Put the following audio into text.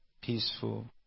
peaceful